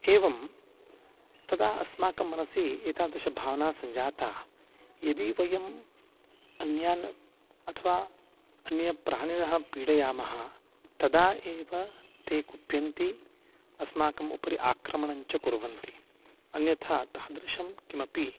एवं तदा अस्माकं मनसि एतादृशी भावना सञ्जाता यदि वयम् अन्यान् अथवा अन्य प्राणिनः पीडयामः तदा एव ते कुप्यन्ति अस्माकम् उपरि आक्रमणं च कुर्वन्ति अन्यथा तादृशं किमपि